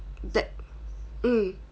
that mm